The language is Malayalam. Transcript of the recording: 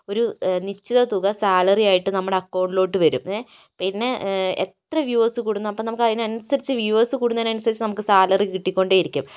ഒരു നിശ്ചിത തുക സാലറിയായിട്ട് നമ്മുടെ അക്കൗണ്ടിലോട്ട് വരും പിന്നെ എത്ര വ്യൂവേഴ്സ് കൂടുന്നോ അപ്പോൾ നമുക്ക് അതിനനുസരിച്ച് വ്യൂവേഴ്സ് കൂടുന്നതിനനുസരിച്ച് നമുക്ക് സാലറി കിട്ടിക്കൊണ്ടേ ഇരിക്കും